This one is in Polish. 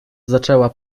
zaczęła